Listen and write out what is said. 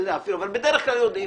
אבל בדרך כלל יודעים.